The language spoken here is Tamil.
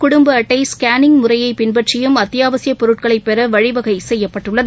குடும்பஅட்டை ஸ்கேனிங் முறையைபின்பற்றியும் அத்தியாவசியபொருட்களைபெறவழிவகைசெய்யப்பட்டுள்ளது